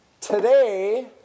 today